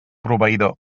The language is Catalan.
proveïdor